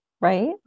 right